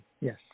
Yes